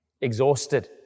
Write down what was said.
exhausted